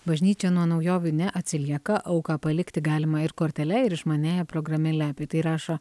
bažnyčia nuo naujovių neatsilieka auką palikti galima ir kortele ir išmaniąja programėle apie tai rašo